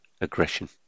aggression